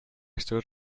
stood